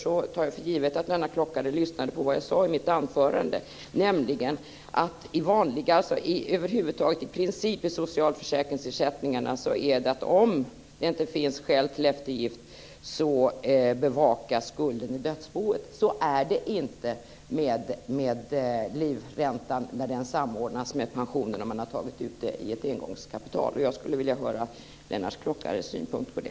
Jag tar för givet att Lennart Klockare lyssnade på vad jag sade i mitt anförande, nämligen att principen i socialförsäkringsersättningarna är att om det inte finns skäl till eftergift bevakas skulden i dödsboet. Så är det inte med livräntan när den samordnas med pensionen när man har tagit ut den i ett engångskapital. Jag skulle vilja höra Lennart Klockares synpunkt på det.